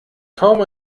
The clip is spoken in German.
kaum